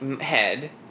head